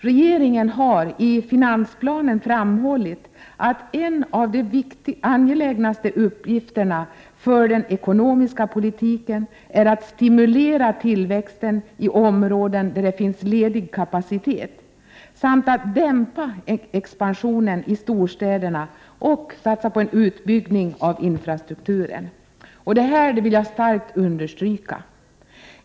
Regeringen har i finansplanen framhållit att en av de angelägnaste uppgifterna för den ekonomiska politiken är att stimulera tillväxten i områden där det finns ledig kapacitet samt att dämpa expansionen i storstäderna och satsa på en utbyggnad av infrastrukturen. Detta vill jag starkt understryka.